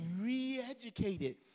re-educated